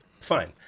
Fine